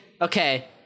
okay